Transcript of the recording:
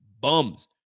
bums